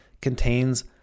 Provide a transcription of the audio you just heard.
contains